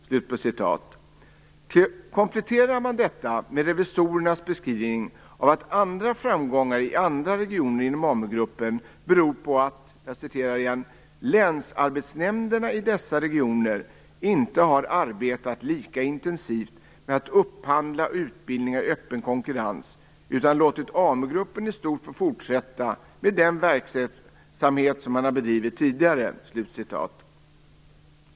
Detta kan kompletteras med revisorernas beskrivning av att andra framgångar i andra regioner inom AmuGruppen beror på att "länsarbetsnämnderna i dessa regioner inte har arbetat lika intensivt med att upphandla utbildningar i öppen konkurrens, utan låtit AmuGruppen i stort få fortsätta med den verksamhet som man bedrivit tidigare".